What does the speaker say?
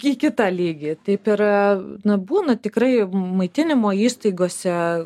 į kitą lygį taip ir na būna tikrai maitinimo įstaigose